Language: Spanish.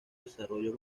desarrollo